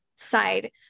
side